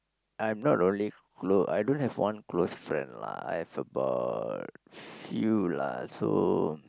I'm not only clo~ I don't have one close friend lah I have about few lah so